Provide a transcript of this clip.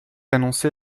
annoncé